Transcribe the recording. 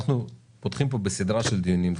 אנחנו פותחים כאן בסדרה של דיונים.